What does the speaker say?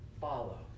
follow